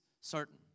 certain